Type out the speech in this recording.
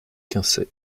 quinçay